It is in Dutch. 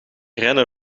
rennen